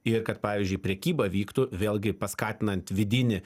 ir kad pavyzdžiui prekyba vyktų vėlgi paskatinant vidinį